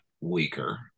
weaker